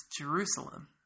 Jerusalem